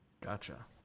gotcha